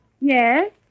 Yes